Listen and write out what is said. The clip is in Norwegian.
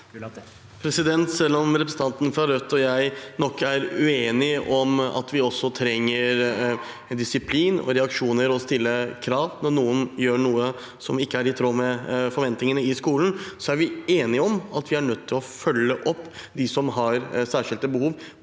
Selv om repre- sentanten fra Rødt og jeg nok er uenige om at vi også trenger disiplin og reaksjoner og å stille krav når noen gjør noe som ikke er i tråd med forventningene i skolen, er vi enige om at vi er nødt til å følge opp dem som har særskilte behov,